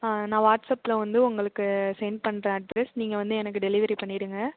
ஆ நான் வாட்ஸப்பில் வந்து உங்களுக்கு சென்ட் பண்ணுறேன் அட்ரஸ் நீங்கள் வந்து எனக்கு டெலிவரி பண்ணிவிடுங்க